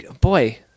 boy